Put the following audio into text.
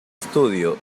estudio